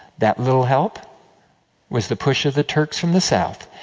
that little help was the push of the turks from the south,